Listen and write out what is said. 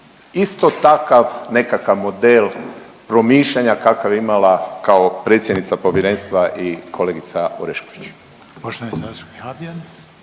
isto takav nekakav model promišljanja kakav je imala kao predsjednica povjerenstva i kolegica Orešković?